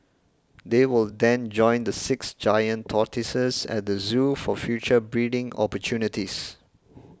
they will then join the six giant tortoises at the zoo for future breeding opportunities